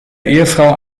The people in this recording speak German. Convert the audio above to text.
ehefrau